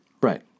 Right